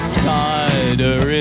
cider